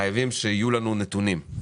חייבים שיהיו לנו נתונים.